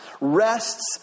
rests